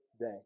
day